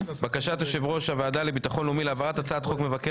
בקשת יושב-ראש הוועדה לביטחון לאומי להעברת הצעת חוק מבקר